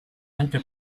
anche